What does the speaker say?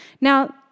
Now